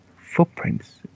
footprints